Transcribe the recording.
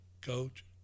Coach